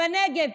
בנגב.